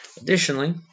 Additionally